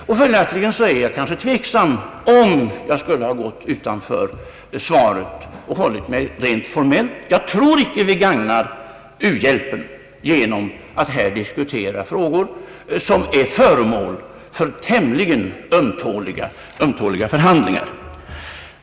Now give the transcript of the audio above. Följaktligen är jag tveksam om jag skulle ha gått utanför svaret. Jag tror icke att vi gagnar u-hjälpen genom att här diskutera frågor som är föremål för tämligen ömtåliga förhandlingar.